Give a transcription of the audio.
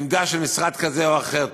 עמדה של משרד כזה או אחר.